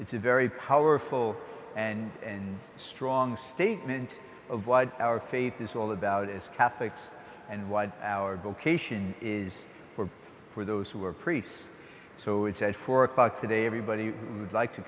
it's a very powerful and strong statement of what our faith is all about as catholics and why our vocation is for those who are priests so it's at four o'clock today everybody who would like to